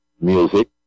music